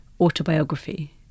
autobiography